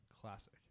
Classic